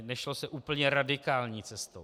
Nešlo se úplně radikální cestou.